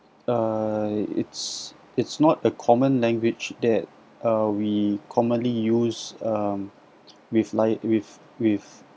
uh it's it's not a common language that uh we commonly use um with like with with